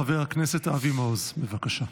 חבר הכנסת אבי מעוז, בבקשה.